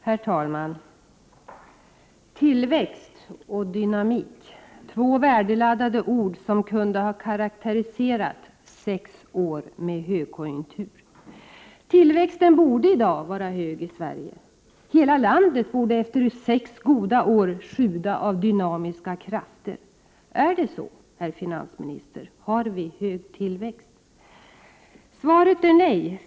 Herr talman! Tillväxt! Dynamik! Två värdeladdade ord som kunde ha karakteriserat sex år med högkonjunktur. Tillväxten borde i dag vara hög i Sverige. Hela landet borde efter sex goda år sjuda av dynamiska krafter. Är det så, herr finansminister? Har vi hög tillväxt? Prot. 1988/89:59 Svaret är nej!